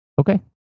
Okay